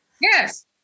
yes